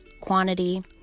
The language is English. quantity